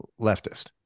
leftist